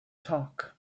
talk